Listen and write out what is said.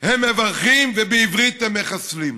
הם מברכים, ובעברית הם מחסלים.